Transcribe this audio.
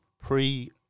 pre